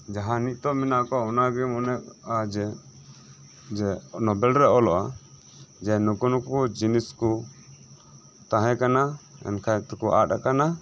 ᱡᱟᱦᱟᱸ ᱱᱤᱛᱳᱜ ᱢᱮᱱᱟᱜ ᱠᱚ ᱚᱱᱟ ᱜᱮ ᱢᱚᱱᱮᱜᱼᱟ ᱡᱮ ᱡᱮ ᱱᱳᱵᱮᱞ ᱨᱮ ᱚᱞᱚᱜᱼᱟ ᱡᱮ ᱱᱩᱠᱩ ᱱᱩᱠᱩ ᱡᱤᱱᱤᱥ ᱠᱚ ᱛᱟᱦᱮᱸ ᱠᱟᱱᱟ ᱮᱱᱠᱷᱟᱡ ᱱᱤᱛᱚᱜ ᱠᱚ ᱟᱫ ᱟᱠᱟᱱᱟ